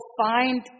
find